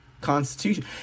Constitution